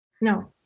No